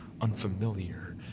unfamiliar